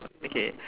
okay